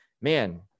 man